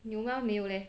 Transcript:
有 mah 没有 leh